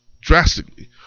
drastically